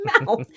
mouth